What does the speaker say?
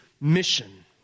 mission